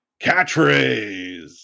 Catchphrase